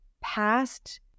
past